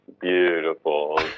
Beautiful